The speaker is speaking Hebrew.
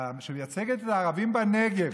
שמייצגת את הערבים בנגב,